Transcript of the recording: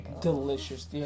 Delicious